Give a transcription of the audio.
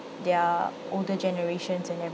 their older generations and